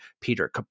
Peter